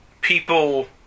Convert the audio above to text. people